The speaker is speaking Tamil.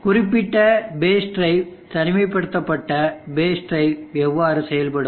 குறிப்பிட்ட பேஸ் டிரைவ் தனிமைப்படுத்தப்பட்ட பேஸ் டிரைவ் எவ்வாறு செயல்படும்